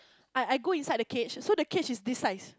I I go inside the cage so the cage is this size